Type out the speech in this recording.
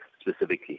specifically